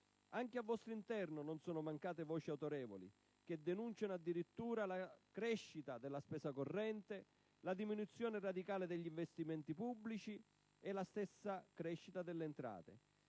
anche al vostro interno non sono mancate voci autorevoli che denunciano addirittura la crescita della spesa corrente, la diminuzione radicale degli investimenti pubblici e la stessa crescita delle entrate.